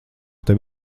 tev